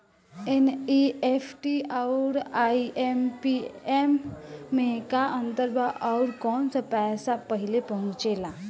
NEFT आउर IMPS मे का अंतर बा और आउर कौना से पैसा पहिले पहुंचेला?